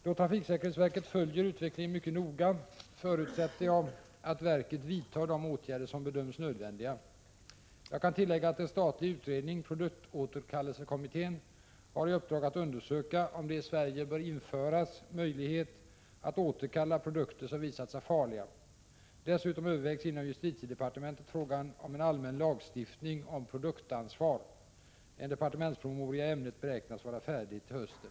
Då trafiksäkerhetsverket följer utvecklingen mycket noga förutsätter jag att verket vidtar de åtgärder som bedöms nödvändiga. Jag kan tillägga att en statlig utredning, produktåterkallelsekommittén, har i uppdrag att undersöka om det i Sverige bör införas möjlighet att återkalla produkter som visat sig farliga. Dessutom övervägs inom justitiedepartementet frågan om en allmän lagstiftning om produktansvar. En departementspromemoria i ämnet beräknas vara färdig till hösten.